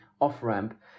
off-ramp